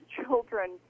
children